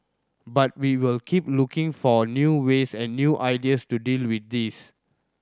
but we will keep looking for new ways and new ideas to deal with this